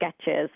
sketches